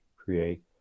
Create